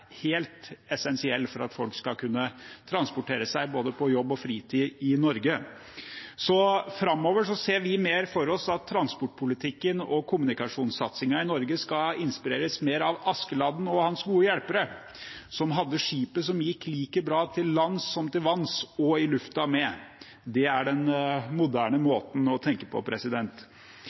helt essensiell for at folk skal kunne transportere seg både til jobb og i fritiden i Norge. Framover ser vi for oss at transportpolitikken og kommunikasjonssatsingen i Norge skal inspireres mer av Askeladden og hans gode hjelpere, som hadde skipet som gikk like bra til lands til vanns og i lufta med. Det er den moderne måten å tenke på.